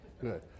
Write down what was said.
Good